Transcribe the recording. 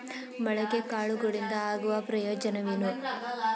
ಮೊಳಕೆ ಕಾಳುಗಳಿಂದ ಆಗುವ ಪ್ರಯೋಜನವೇನು?